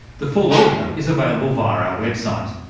the full audio is available via our our website.